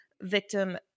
victim